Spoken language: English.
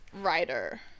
writer